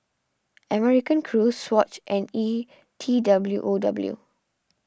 American Crew Swatch and E T W O W